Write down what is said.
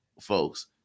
folks